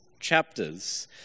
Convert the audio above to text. chapters